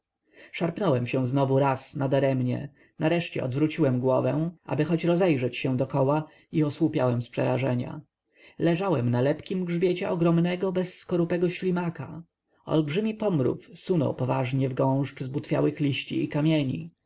szarpnąłem się znowu raz nadaremnie nareszcie odwróciłem głowę aby choć rozejrzeć się dokoła i osłupiałem z przerażenia leżałem na lepkim grzbiecie ogromnego bezskorupego ślimaka olbrzymi pomrów sunął poważnie w gąszcz zbutwiałych liści i kamieni